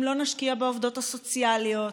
אם לא נשקיע בעובדות הסוציאליות,